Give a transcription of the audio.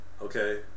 okay